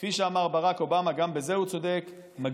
כפי שאמר ברק אובמה, גם בזה הוא צודק, כן.